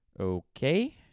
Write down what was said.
Okay